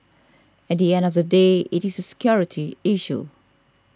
at the end of the day it is a security issue